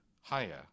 higher